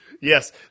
Yes